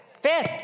Fifth